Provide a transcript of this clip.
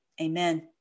Amen